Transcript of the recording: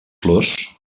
flors